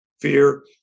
fear